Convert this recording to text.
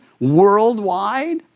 worldwide